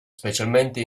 specialmente